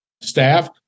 staff